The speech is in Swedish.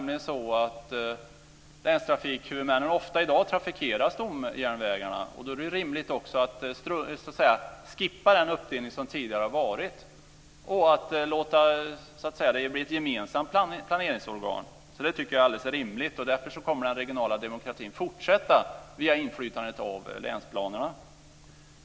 Länstrafikhuvudmännen trafikerar i dag ofta stomjärnvägarna, och då är det rimligt att skippa den uppdelning som tidigare har varit och låta det bildas ett gemensamt planeringsorgan. Det tycker att det är rimligt. Därför kommer den regionala demokratin att fortsätta via inflytandet på länsplanerna.